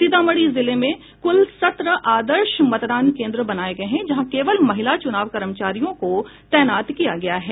सीतामढ़ी जिले में कुल सत्रह आदर्श मतदान केन्द्र बनाये गये हैं जहां केवल महिला चुनाव कर्मचारियों को तैनात किया गया है